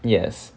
yes